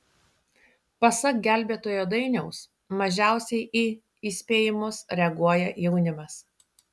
pasak gelbėtojo dainiaus mažiausiai į įspėjimus reaguoja jaunimas